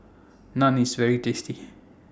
Naan IS very tasty